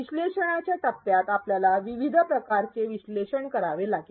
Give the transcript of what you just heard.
विश्लेषणाच्या टप्प्यात आपल्याला विविध प्रकारचे विश्लेषण करावे लागेल